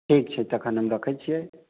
ठीक छै तखन हम रखै छियै